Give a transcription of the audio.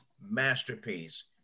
masterpiece